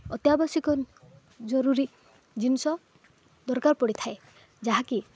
ଅତ୍ୟାବଶ୍ୟକ ଜରୁରୀ ଜିନିଷ ଦରକାର ପଡ଼ିଥାଏ ଯାହାକି